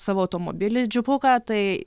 savo automobilį džipuką tai